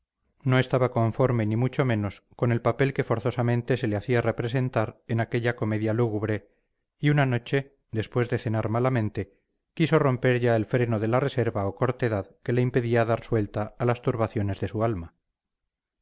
no estaba conforme ni mucho menos con el papel que forzosamente se le hacía representar en aquella comedia lúgubre y una noche después de cenar malamente quiso romper ya el freno de la reserva o cortedad que le impedía dar suelta a las turbaciones de su alma